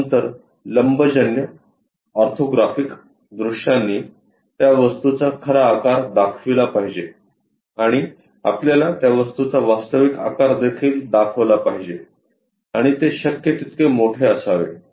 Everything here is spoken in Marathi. त्या नंतर लंबजन्य ऑर्थोग्राफिक दृश्यांनी त्या वस्तूचा खरा आकार दाखवला पाहिजे आणि आपल्याला त्या वस्तूचा वास्तविक आकार देखील दाखवला पाहिजे आणि ते शक्य तितके मोठे असावे